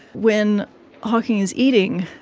when hawking is eating,